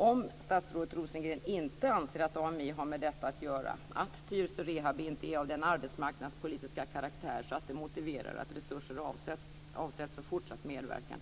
Om statsrådet Rosengren inte anser att AMI har med detta att göra, dvs. att Tyresö Rehab inte är av den arbetsmarknadspolitiska karaktär som motiverar att resurser avsätts för fortsatt medverkan,